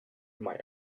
might